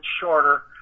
shorter